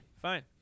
fine